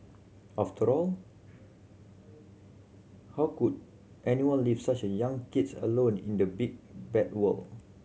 after all how could anyone leave such young kids alone in the big bad world